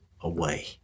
away